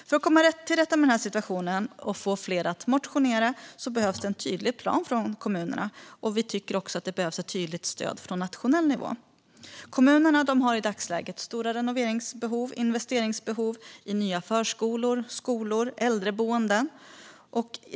För att komma till rätta med den här situationen och få fler att motionera behövs en tydlig plan från kommunerna, och Vänsterpartiet tycker också att det behövs ett tydligt stöd från nationell nivå. Kommunerna har i dagsläget stora renoveringsbehov och investeringsbehov i nya förskolor, skolor och äldreboenden.